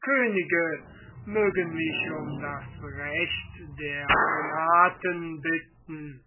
könige mögen mich um das recht der penaten bitten